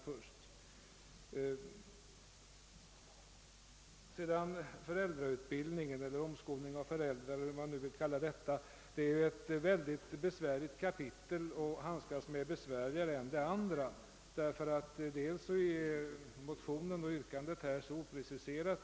Vad beträffar föräldrautbildningen eller omskolningen av föräldrar eller vad man nu vill kalla det, är det ett mycket besvärligt kapitel och besvärligare att handskas med än det förra. Motionen och yrkandet där är så opreciserade.